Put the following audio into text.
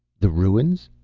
the ruins?